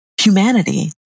humanity